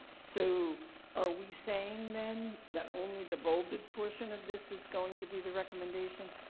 so are we saying then that only the bolded portion of this is going to be the recommendation?